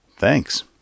Thanks